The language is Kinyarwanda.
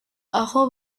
aho